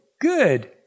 Good